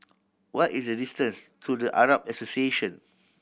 what is the distance to The Arab Association